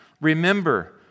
Remember